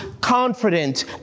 confident